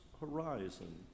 horizon